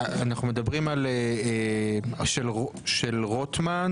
אנחנו מדברים על הצעה של רוטמן,